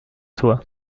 toi